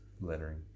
lettering